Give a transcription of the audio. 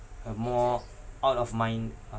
a more out of mind uh~